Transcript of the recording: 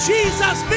Jesus